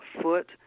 foot